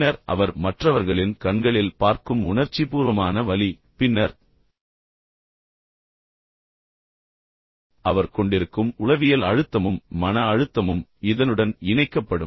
பின்னர் அவர் மற்றவர்களின் கண்களில் பார்க்கும் உணர்ச்சிபூர்வமான வலி பின்னர் அவர் கொண்டிருக்கும் உளவியல் அழுத்தமும் மன அழுத்தமும் இதனுடன் இணைக்கப்படும்